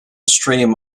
stream